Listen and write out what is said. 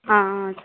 ఆ